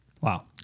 Wow